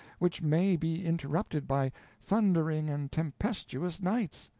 which may be interrupted by thundering and tempestuous nights.